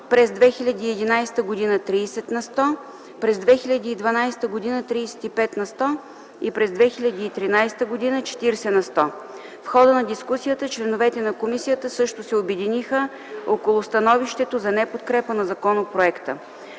през 2011 г. – 30 на сто, през 2012 г. – 35 на сто, и през 2013 г. – 40 на сто. В хода на дискусията членовете на комисията също се обединиха около становището за неподкрепа на законопроекта.